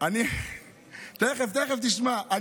תכף תשמע.